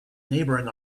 neighboring